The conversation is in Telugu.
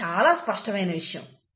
ఇది చాలా స్పష్టమైన విషయం